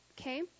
Okay